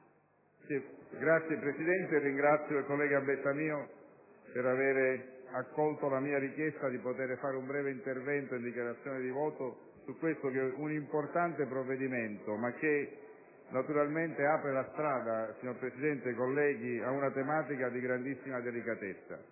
Signor Presidente, ringrazio il collega Bettamio per aver accolto la mia richiesta di poter svolgere un breve intervento in dichiarazione di voto su questo importante provvedimento, che naturalmente apre la strada ad una tematica di grandissima delicatezza.